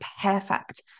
perfect